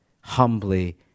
humbly